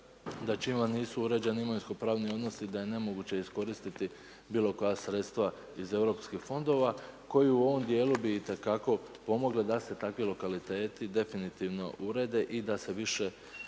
da čim vam nisu uređeni imovinsko pravni odnosi da je nemoguće iskoristit bilo koja sredstva iz EU fondova koje u ovom djelu bi itekako pomoglo da se takvi lokaliteti definitivno urede i da se više